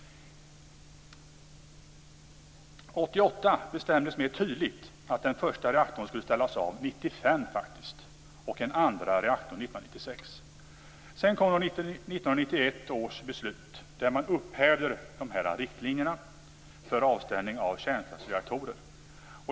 1988 bestämdes mer tydligt att den första reaktorn skulle ställas av 1995 och den andra 1996. Sedan kom 1991 års beslut, där man upphävde de här riktlinjerna för avställning av kärnkraftstreaktorer.